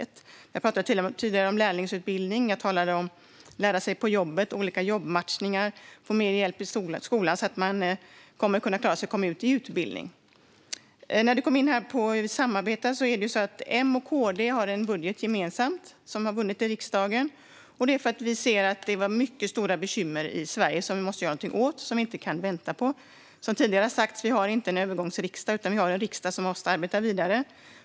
Jag talade tidigare om lärlingsutbildning, lärande på jobbet, olika jobbmatchningar, mer hjälp i skolan för att man ska kunna klara en utbildning. Daniel Riazat kom in på detta med att samarbeta. M och KD har en gemensam budget som har beslutats i riksdagen. Vi ser att det finns mycket stora bekymmer som vi måste göra någonting åt. Vi kan inte vänta med det. Som tidigare sagts har vi inte en övergångsriksdag, utan vi har en riksdag som måste arbeta vidare.